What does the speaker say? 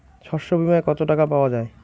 শস্য বিমায় কত টাকা পাওয়া যায়?